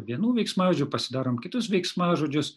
vienų veiksmažodžių pasidarom kitus veiksmažodžius